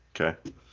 okay